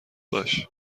باش